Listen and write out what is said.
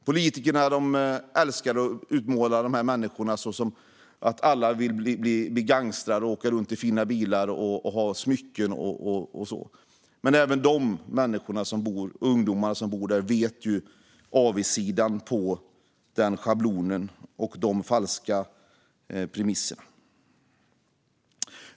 Politikerna älskar att utmåla det som att de alla vill bli gangstrar, åka runt i fina bilar och ha smycken, men även de ungdomar som bor där vet ju avigsidan med schablonen och de falska premisserna.